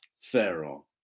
Pharaoh